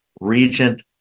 Regent